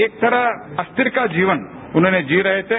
एक तरह अस्थिर का जीवन उन्होंने जी रहे थे